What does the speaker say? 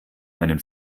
einen